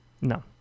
No